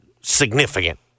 significant